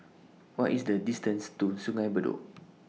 What IS The distance to Sungei Bedok